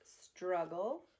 struggle